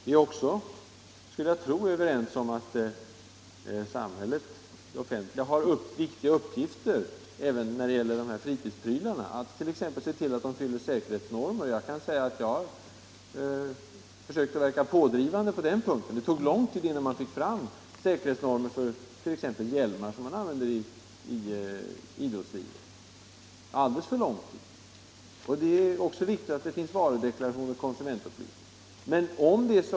Vi är också, skulle jag tro, överens om att samhället har viktiga uppgifter när det gäller fritidsutrustning, t.ex. att se till att de fyller säkerhetsnormer. Jag har försökt vara pådrivande på den punkten. Det tog lång tid innan man fick fram säkerhetsnormer för t.ex. hjälmar som används i idrottslivet, alldeles för lång tid. Det är också viktigt att det finns varudeklaration och konsumentupplysning.